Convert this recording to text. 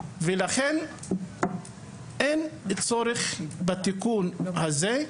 לכן אין צורך בתיקון הזה,